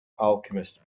alchemists